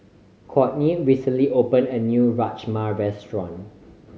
Cortney recently opened a new Rajma Restaurant